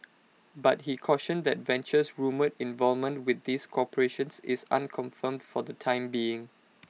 but he cautioned that Venture's rumoured involvement with these corporations is unconfirmed for the time being